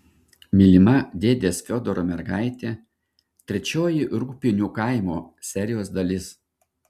mylima dėdės fiodoro mergaitė trečioji rūgpienių kaimo serijos dalis